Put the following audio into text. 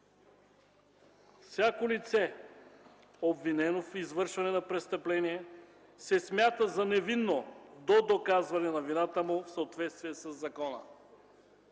„Всяко лице, обвинено в извършване на престъпление, се смята за невинно до доказване на вината му в съответствие със закона”.